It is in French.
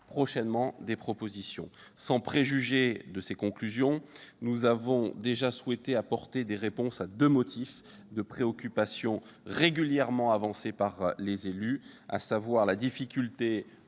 prochainement des propositions. Sans préjuger de ces conclusions, nous avons déjà souhaité apporter des réponses à deux motifs de préoccupation, régulièrement avancés par les élus : la difficulté